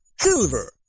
Silver